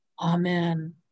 Amen